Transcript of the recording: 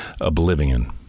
Oblivion